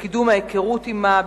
בקידום ההיכרות עמה,